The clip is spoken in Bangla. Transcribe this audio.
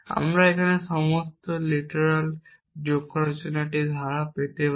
আমরা এখানে সমস্ত লিটারেল যোগ করার জন্য একটি ধারা তৈরি করতে পারি